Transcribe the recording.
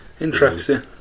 Interesting